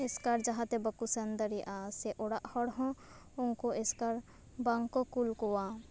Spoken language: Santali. ᱮᱥᱠᱟᱨ ᱡᱟᱦᱟᱸ ᱛᱮ ᱵᱟᱠᱚ ᱥᱮᱱ ᱫᱟᱲᱮᱭᱟᱜᱼᱟ ᱥᱮ ᱚᱲᱟᱜ ᱦᱚᱲ ᱦᱚᱸ ᱩᱱᱠᱩ ᱮᱥᱠᱟᱨ ᱵᱟᱝ ᱠᱚ ᱠᱩᱞ ᱠᱚᱣᱟ